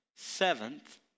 Seventh